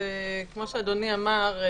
כמו שאדוני אמר,